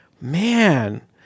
Man